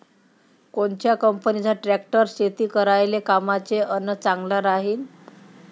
कोनच्या कंपनीचा ट्रॅक्टर शेती करायले कामाचे अन चांगला राहीनं?